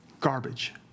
garbage